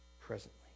presently